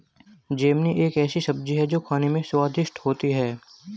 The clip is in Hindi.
जुकिनी एक ऐसी सब्जी है जो खाने में स्वादिष्ट होती है